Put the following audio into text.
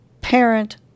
parent